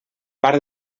part